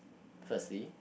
firstly